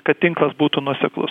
kad tinklas būtų nuoseklus